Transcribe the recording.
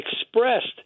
expressed